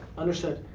understood.